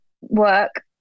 work